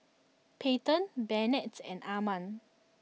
Payton Bennett and Arman